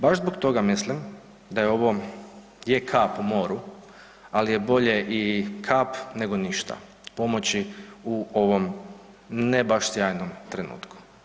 Baš zbog toga mislim da je ovo, je kap u moru, al je bolje i kap nego ništa pomoći u ovom ne baš sjajnom trenutku.